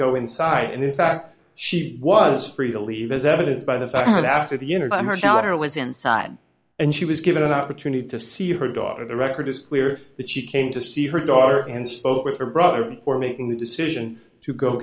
go inside and in fact she was free to leave as evidenced by the fact that after the unabomber shouter was inside and she was given an opportunity to see her daughter the record is clear that she came to see her daughter and spoke with her brother for making the decision to go